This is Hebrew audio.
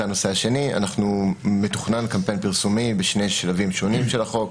זה הנושא השני מתוכנן קמפיין פרסומי בשני שלבים שונים של החוק.